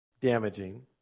damaging